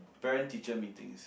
parent teacher meetings